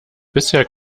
bisher